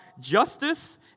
justice